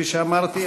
כפי שאמרתי.